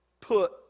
put